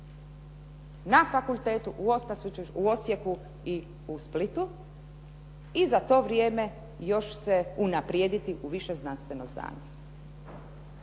Na fakultetu u Osijeku i u Splitu i za to vrijeme još se unaprijediti u više znanstveno zdanje.